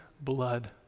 blood